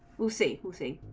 will see will see